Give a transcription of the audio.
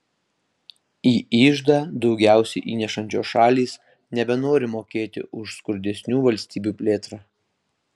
į iždą daugiausiai įnešančios šalys nebenori mokėti už skurdesnių valstybių plėtrą